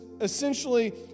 essentially